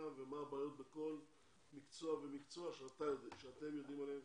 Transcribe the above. ומה הבעיות בכל מקצוע ומקצוע שאתם יודעים עליהן.